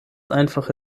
einfache